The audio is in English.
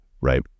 right